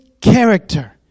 character